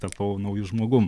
tapau nauju žmogum